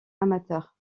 amateur